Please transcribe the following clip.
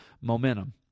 momentum